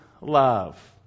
love